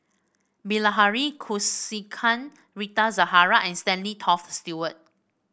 Bilahari Kausikan Rita Zahara and Stanley Toft Stewart